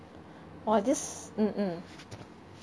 !wah! this mm mm